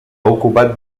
ocupat